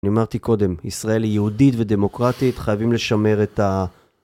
אני אמרתי קודם, ישראל היא יהודית ודמוקרטית, חייבים לשמר את ה...